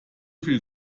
viel